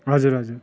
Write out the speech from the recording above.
हजुर हजुर